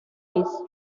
rice